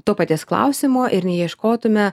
to paties klausimo ir neieškotume